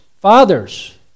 fathers